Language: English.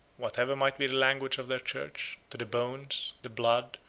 whatever might be the language of their church, to the bones, the blood,